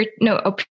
No